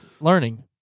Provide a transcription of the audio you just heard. learning